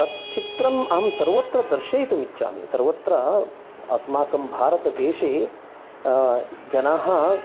तत् चित्रम् अहं सर्वत्र दर्शयितुम् इच्छामि सर्वत्र अस्माकं भारतदेशे जनाः